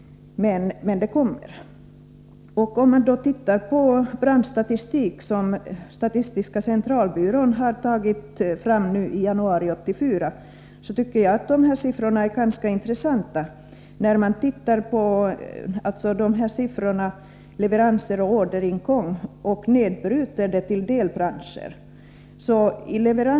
Men det kommer. Statistiska centralbyrån har i januari 1984 tagit fram branschstatistik. Dessa siffror för leveranser och orderingång, nedbrutna på delbranscher, är ganska intressanta.